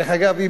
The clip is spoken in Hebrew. דרך אגב,